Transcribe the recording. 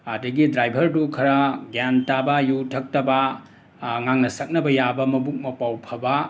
ꯑꯥꯗꯒꯤ ꯗ꯭ꯔꯥꯏꯚꯔꯗꯨ ꯈꯔ ꯒ꯭ꯌꯥꯟ ꯇꯥꯕ ꯌꯨ ꯊꯛꯇꯕ ꯉꯥꯡꯅ ꯁꯛꯅꯕ ꯌꯥꯕ ꯃꯕꯨꯛ ꯃꯄꯥꯎ ꯐꯕ